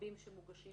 הרבים שמוגשים